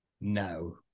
No